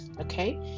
okay